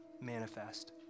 manifest